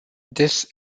this